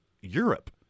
Europe